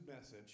message